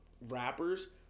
rappers